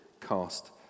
cast